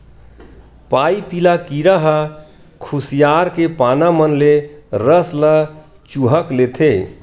पाइपिला कीरा ह खुसियार के पाना मन ले रस ल चूंहक लेथे